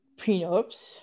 prenups